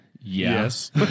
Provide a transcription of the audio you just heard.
yes